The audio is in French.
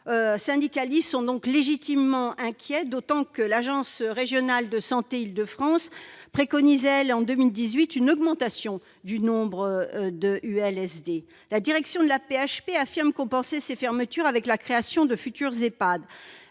et syndicalistes sont donc légitimement inquiets, d'autant que l'agence régionale de santé Île-de-France préconisait, elle, en 2018, une augmentation du nombre d'USLD. La direction de l'AP-HP affirme compenser ces fermetures avec la création de futurs Ehpad.